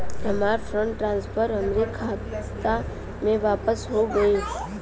हमार fund transfer हमरे खाता मे वापस हो गईल